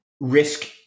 risk